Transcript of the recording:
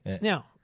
Now